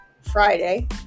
friday